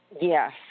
Yes